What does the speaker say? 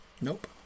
nope